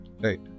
Right